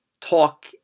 talk